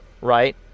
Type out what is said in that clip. right